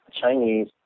Chinese